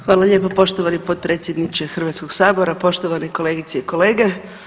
Hvala lijepo poštovani potpredsjedniče Hrvatskog sabora, poštovani kolegice i kolege.